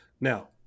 Now